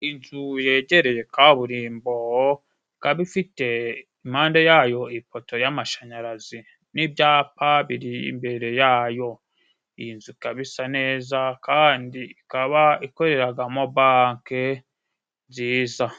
Inzu yegereye kaburimbo, ikaba ifite impande yayo ipoto y'amashanyarazi n'ibyapa biri imbere yayo. Iyi nzu ikaba isa neza kandi ikaba ikoreragamo banki nziza.